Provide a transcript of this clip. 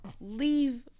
Leave